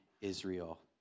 Israel